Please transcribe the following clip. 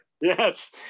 Yes